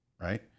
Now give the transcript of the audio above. right